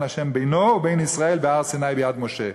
ה' בינו ובין ישראל בהר סיני ביד משה".